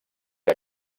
que